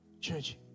Church